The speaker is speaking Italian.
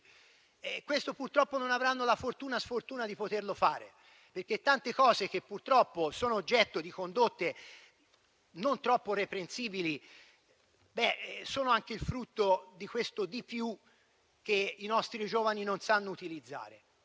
Questo purtroppo non avranno la fortuna-sfortuna di poterlo fare. Infatti tante cose che purtroppo sono oggetto di condotte non troppo reprensibili sono anche il frutto di questo di più che i nostri giovani non sanno utilizzare.